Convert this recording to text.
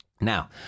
Now